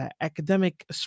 academic